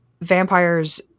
vampires